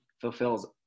fulfills